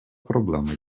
проблема